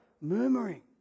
murmuring